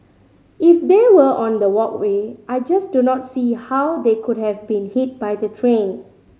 if they were on the walkway I just do not see how they could have been hit by the train